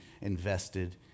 invested